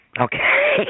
Okay